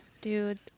Dude